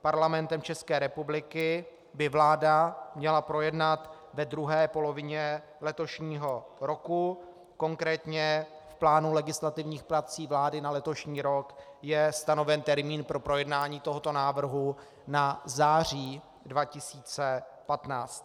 Parlamentem České republiky by vláda měla projednat ve druhé polovině letošního roku, konkrétně v plánu legislativních prací vlády na letošní rok je stanoven termín pro projednání tohoto návrhu na září 2015.